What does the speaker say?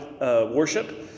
worship